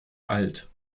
alt